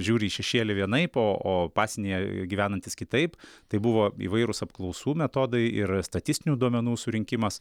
žiūri į šešėlį vienaip o o pasienyje gyvenantys kitaip tai buvo įvairūs apklausų metodai yra statistinių duomenų surinkimas